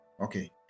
Okay